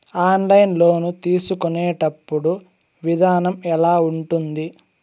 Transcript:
online loan తీసుకునేటప్పుడు విధానం ఎలా ఉంటుంది